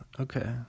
Okay